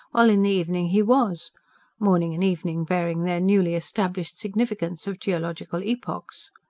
while in the evening he was morning and evening bearing their newly established significance of geological epochs.